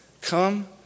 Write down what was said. come